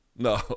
no